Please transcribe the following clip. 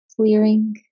clearing